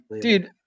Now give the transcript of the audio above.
Dude